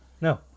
No